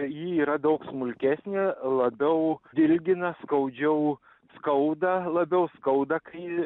ji yra daug smulkesnė labiau dilgina skaudžiau skauda labiau skauda kai